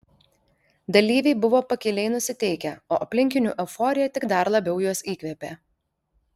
dalyviai buvo pakiliai nusiteikę o aplinkinių euforija tik dar labiau juos įkvėpė